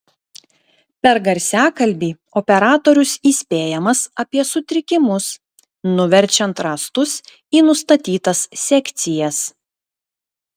per garsiakalbį operatorius įspėjamas apie sutrikimus nuverčiant rąstus į nustatytas sekcijas